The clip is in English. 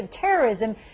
terrorism